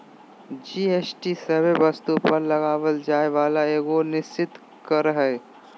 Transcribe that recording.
GST सभे वस्तु पर लगावल जाय वाला एगो निश्चित कर हय